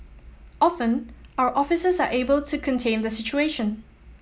often our officers are able to contain the situation